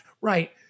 right